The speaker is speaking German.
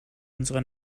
unserer